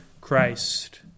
Christ